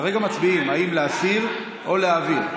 כרגע מצביעים אם להסיר או להעביר.